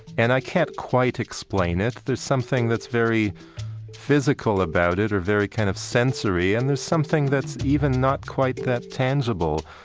and i can't quite explain it. there's something that's very physical about it or very kind of sensory, and there's something that's even not quite that tangible.